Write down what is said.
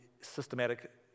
systematic